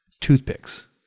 Toothpicks